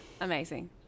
amazing